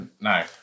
No